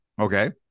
Okay